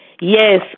Yes